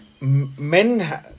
Men